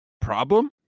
problem